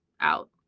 out